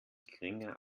geringer